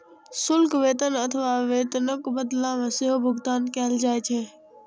शुल्क वेतन अथवा वेतनक बदला मे सेहो भुगतान कैल जाइ छै